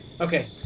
Okay